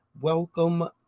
Welcome